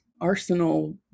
arsenal